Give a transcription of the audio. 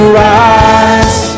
rise